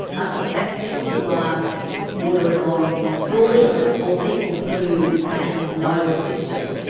um in fact people who are bordering on fraudulent, or people who perhaps know the system,